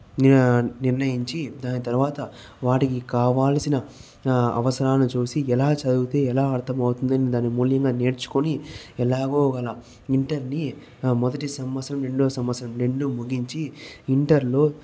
నేనా నిర్ణయించి దాని తర్వాత వాటికి కావాల్సిన అవసరాన్ని చూసి ఎలా చదివితే ఎలా అర్థం అవుతుందని దాని మూల్యంగా నేర్చుకుని ఎలాగోలాగా ఇంటర్ ని మొదటి సంవత్సరం రెండవ సంవత్సరం రెండు ముగించి ఇంటర్ లో